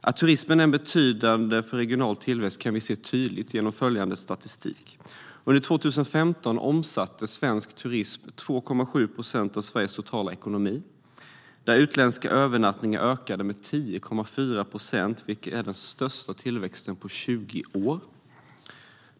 Att turismen är betydande för regional tillväxt kan vi se tydligt genom följande statistik: Under 2015 omsatte svensk turism 2,7 procent av Sveriges totala ekonomi. Antalet utländska övernattningar ökade med 10,4 procent, vilket är den största tillväxten på 20 år.